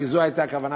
כי זו הייתה הכוונה,